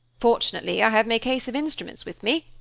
fortunately i have my case of instruments with me,